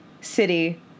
city